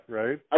right